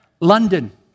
London